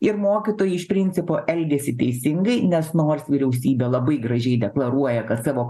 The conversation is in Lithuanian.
ir mokytojai iš principo elgiasi teisingai nes nors vyriausybė labai gražiai deklaruoja kad savo